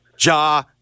Ja